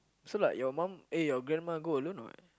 so like your mum eh your grandma go alone or what